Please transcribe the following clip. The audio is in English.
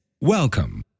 Welcome